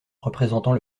représentant